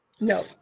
No